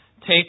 take